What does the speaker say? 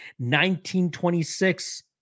1926